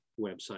website